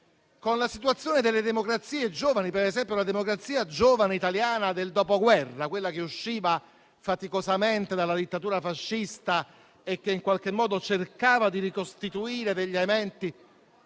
con la situazione delle democrazie giovani, per esempio la giovane democrazia italiana del Dopoguerra, quella che usciva faticosamente dalla dittatura fascista e che in qualche modo cercava di ricostituire degli elementi...